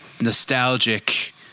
nostalgic